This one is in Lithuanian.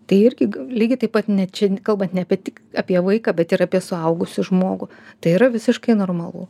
tai irgi lygiai taip pat ne čia kalbant ne apie tik apie vaiką bet ir apie suaugusį žmogų tai yra visiškai normalu